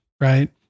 right